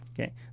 Okay